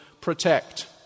protect